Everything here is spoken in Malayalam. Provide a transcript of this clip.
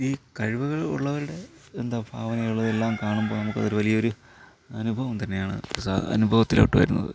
ഈ കഴിവുകൾ ഉള്ളവരുടെ എന്താണ് ഭാവനകൾ എല്ലാം കാണുമ്പോൾ നമുക്ക് അത് വലിയ ഒരു അനുഭവം തന്നെയാണ് സാധാരണ അനുഭവത്തിലോട്ട് വരുന്നത്